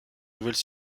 nouvelle